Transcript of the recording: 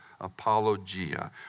apologia